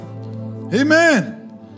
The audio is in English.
Amen